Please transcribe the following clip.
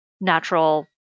natural